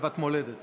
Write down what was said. אהבת מולדת.